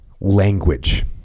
Language